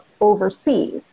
overseas